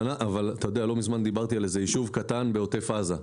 לא מזמן דיברתי על ישוב קטן בעוטף עזה,